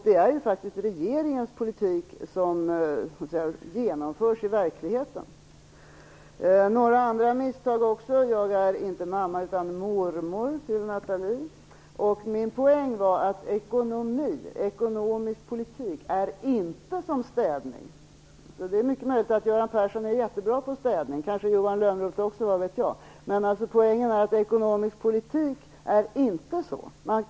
Det är ju faktiskt regeringens politik som genomförs i verkligheten. Johan Lönnroth gjorde också några andra misstag. Jag är inte mamma utan mormor till Nathalie. Min poäng var att ekonomisk politik inte är detsamma som städning. Det är mycket möjligt att Göran Persson är jättebra på städning, kanske Johan Lönnroth också - vad vet jag. Men ekonomisk politik går inte till på det sättet.